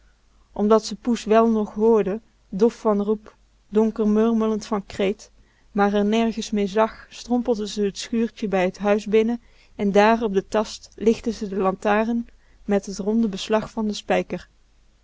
omdat ze poes wel nog hoorde dof van roep donker murmlend van kreet maar r nergens meer zag strompelde ze t schuurtje bij t huis binnen en daar op den tast lichtte ze de lantaarn met t ronde beslag van den spijker